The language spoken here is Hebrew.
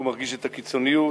הוא מרגיש את הקיצוניות,